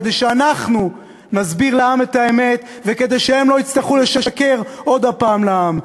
כדי שאנחנו נסביר לעם את האמת וכדי שהם לא יצטרכו לשקר עוד פעם לעם.